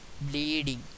bleeding